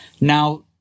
Now